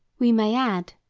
we may add,